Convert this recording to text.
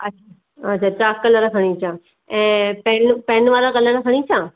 अछ अच्छा chalk colour खणी अचां ऐं पैनू पैन वारा कलर खणी अचां